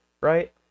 right